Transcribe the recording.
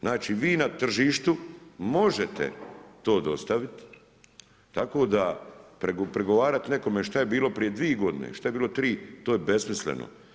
Znači vi na tržište možete to dostaviti tako da pregovarat nekome što je bilo prije dvije godine, šta je bilo tri to je besmisleno.